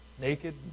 naked